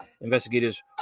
Investigators